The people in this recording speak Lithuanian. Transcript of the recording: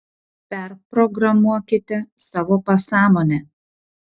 perprogramuokite savo pasąmonę